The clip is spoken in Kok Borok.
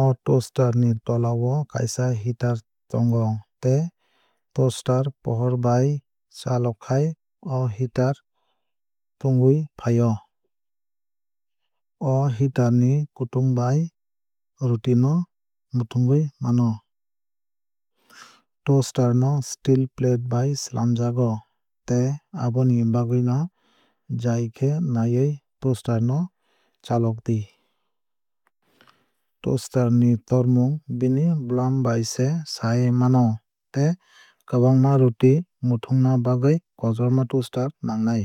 O toaster ni tola o kaisa heater tongo tei toaster pohor bai chalokhai o heater tungwui fai o. O heater ni kutung bai roti no muthungwui mano. Toaster no steel plate bai swlamjago tei aboni bagwui no jai khe nawui toaster no chalokdi. Toaster ni tormung bini bwlam bai se sai mano tei kwbangma roti muthungna bagwui kotorma toaster nangnai.